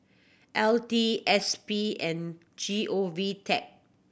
L T S P and G O V Tech